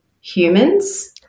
humans